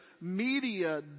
media